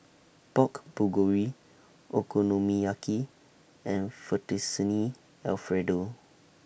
Pork Bulgogi Okonomiyaki and Fettuccine Alfredo